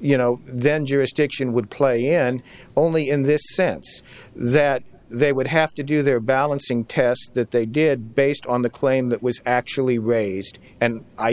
you know then jurisdiction would play end only in this sense that they would have to do their balancing test that they did based on the claim that was actually raised and i